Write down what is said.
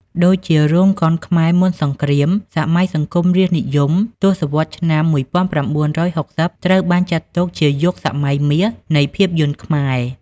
ដូចជា រោងកុនខ្មែរមុនសង្គ្រាម សម័យសង្គមរាស្ត្រនិយម ទសវត្សរ៍ឆ្នាំ១៩៦០ ត្រូវបានចាត់ទុកជាយុគសម័យមាសនៃភាពយន្តខ្មែរ។